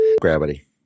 Gravity